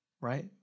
right